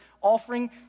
offering